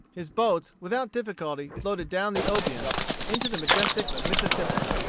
his boats without difficulty floated down the obion into the majestic mississippi.